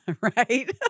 Right